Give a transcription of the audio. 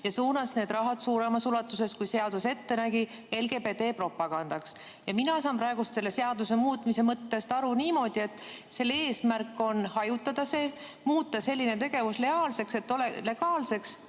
ja suunas need rahad suuremas ulatuses, kui seadus ette nägi, LGBT propagandaks. Mina saan praegu selle seaduse muutmise mõttest aru niimoodi, et selle eesmärk on see hajutada, muuta selline tegevus legaalseks, et saaks